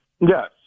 Yes